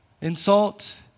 insult